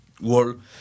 world